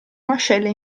mascella